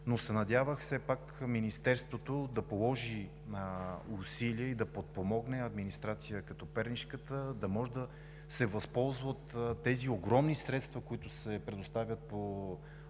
но се надявах все пак Министерството да положи усилия и да подпомогне администрация като пернишката, да може да се възползва от тези огромни средства, които се предоставят по това